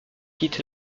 quitte